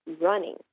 running